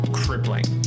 crippling